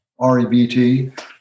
REBT